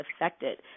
affected